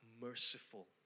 merciful